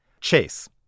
Chase